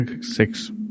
six